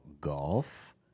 golf